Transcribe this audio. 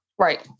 Right